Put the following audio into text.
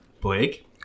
Blake